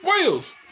Wales